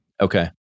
okay